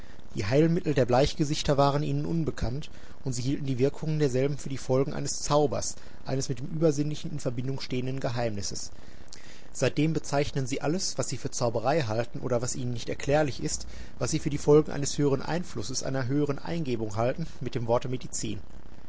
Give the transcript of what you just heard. die heilmittel der bleichgesichter waren ihnen unbekannt und sie hielten die wirkungen derselben für die folgen eines zaubers eines mit dem uebersinnlichen in verbindung stehenden geheimnisses seitdem bezeichnen sie alles was sie für zauberei halten oder was ihnen nicht erklärlich ist was sie für die folgen eines höheren einflusses einer höheren eingebung halten mit dem worte medizin